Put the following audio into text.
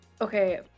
okay